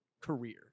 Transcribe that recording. career